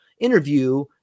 interview